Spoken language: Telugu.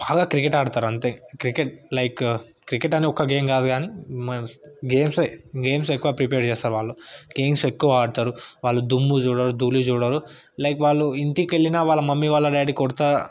బాగా క్రికెట్ ఆడతారు అంతే క్రికెట్ లైక్ క్రికెట్ అనే ఒక గేమ్ కాదు కాని గేమ్సే గేమ్స్ ఎక్కువ ప్రిపేర్ చేస్తారు వాళ్ళు గేమ్స్ ఎక్కువ ఆడతారు వాళ్ళు దుమ్ము చూడరు దూలి చూడరు లైక్ వాళ్ళు ఇంటికెళ్ళినా వాళ్ళ మమ్మీ వాళ్ళ డాడి కొడతారు